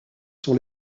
sont